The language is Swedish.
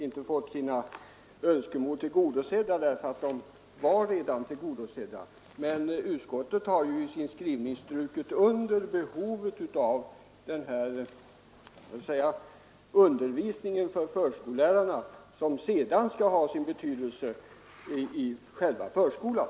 Fru Jonängs önskemål är alltså redan tillgodosedda, och utskottet har i sin skrivning strukit under behovet av denna undervisning för förskolelärarna, en undervisning som sedan kommer att ha betydelse för deras arbete i själva förskolan.